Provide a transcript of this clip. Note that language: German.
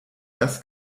das